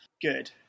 good